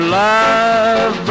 love